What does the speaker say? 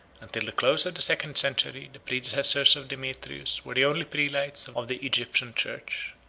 and till the close of the second century the predecessors of demetrius were the only prelates of the egyptian church.